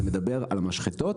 אני מדבר על המשחטות.